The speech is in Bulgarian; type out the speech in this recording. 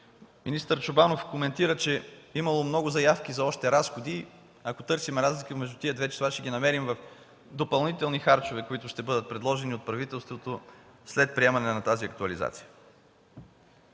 Министър Чобанов коментира, че имало много заявки за още разходи. Ако търсим разлики между тези две числа, ще ги намерим в допълнителни харчове, които ще бъдат предложени от правителството след приемане на тази актуализация.